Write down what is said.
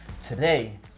Today